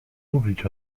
mówić